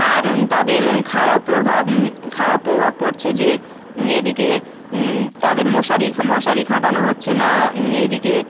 আর তাদের খারাপ প্রভাব খারাপ প্রভাব পড়ছে যে এদিকে তাদের মশারি খাটানো হচ্ছে না এদিকে